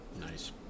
Nice